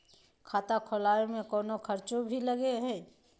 खाता खोलावे में कौनो खर्चा भी लगो है?